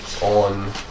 On